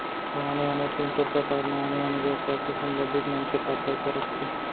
का आने आने ऋण के प्रकार म आने आने व्यवसाय से संबंधित मनखे पात्रता रखथे?